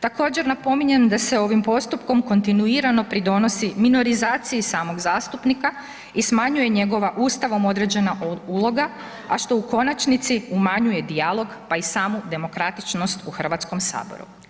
Također, napominjem da se ovim postupkom kontinuirano pridonosi minorizaciji samog zastupnika i smanjuje njegova Ustavom određena uloga, a što u konačnici umanjuje dijalog pa i samu demokratičnost u HS-u.